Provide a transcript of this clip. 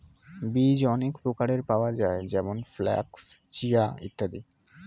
বীজ অনেক প্রকারের পাওয়া যায় যেমন ফ্ল্যাক্স, চিয়া ইত্যাদি